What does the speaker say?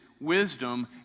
wisdom